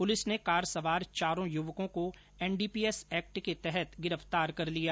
police ने car सवार चारों युवकों को एनडीपीएस एक्ट के तहत गिरफ्तार कर लिया